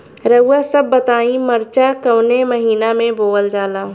रउआ सभ बताई मरचा कवने महीना में बोवल जाला?